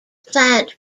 plant